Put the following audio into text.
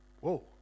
whoa